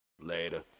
later